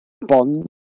bond